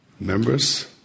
members